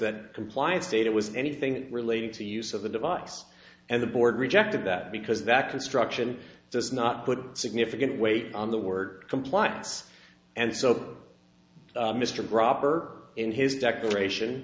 that compliance stated was anything relating to use of the device and the board rejected that because that construction does not put significant weight on the word compliance and so mr brock or in his declaration